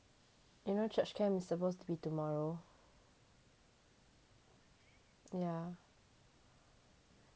you know church camp is supposed to be tomorrow yeah